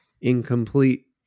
incomplete